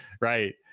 right